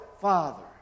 Father